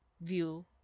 view